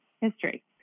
history